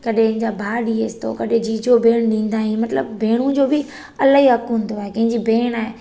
कॾहिं हिन जा भाइ ॾिएसि थो कॾहिं जीजो भेण ॾींदा आहिनि मतलबु भेण जो बि इलाही हक़ु हुंदो आहे कंहिंजी भेण आहे